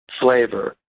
flavor